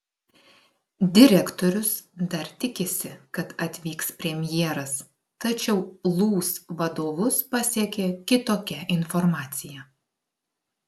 direktorius dar tikisi kad atvyks premjeras tačiau lūs vadovus pasiekė kitokia informacija